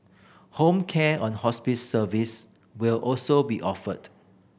home care and hospice service will also be offered